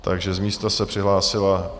Takže z místa se přihlásila...